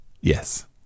Yes